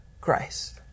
Christ